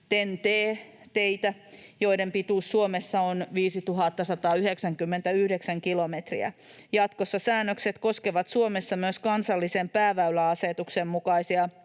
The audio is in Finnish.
TEN-T:n, teitä, joiden pituus Suomessa on 5 199 kilometriä. Jatkossa säännökset koskevat Suomessa myös kansallisen pääväyläasetuksen mukaisia